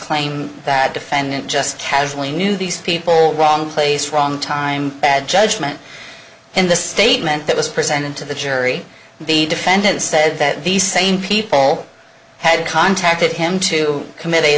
claim that defendant just casually knew these people wrong place wrong time bad judgment in the statement that was presented to the jury the defendant said that these same people had contacted him to commit a